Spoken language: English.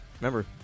remember